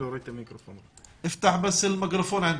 מר